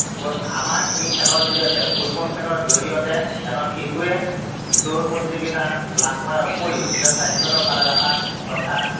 গৈ আমাৰ এই খেলৰ জৰিয়তে ফুটবল খেলৰ জৰিয়তে এজন শিশুৱে দৌৰ প্ৰতিযোগিতা লাভ কৰাৰ উপৰিও নিজৰ স্বাস্থ্যটো ভালে ৰখাত তথা